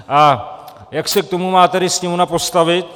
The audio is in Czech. A jak se k tomu tedy má Sněmovna postavit?